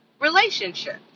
relationship